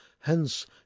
Hence